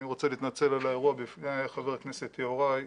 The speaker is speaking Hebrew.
אני רוצה להתנצל על האירוע בפני חבר הכנסת יהוראי.